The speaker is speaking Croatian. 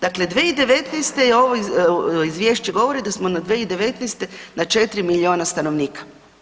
Dakle 2019. je ovo Izvješće govori, da smo na 2019. na 4 milijuna stanovnika.